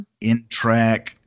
Intrack